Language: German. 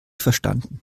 verstanden